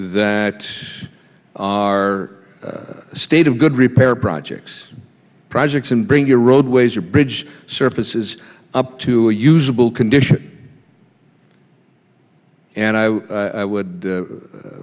that are state of good repair projects projects in bring your roadways or bridge surfaces up to a usable condition and i would